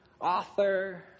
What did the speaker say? author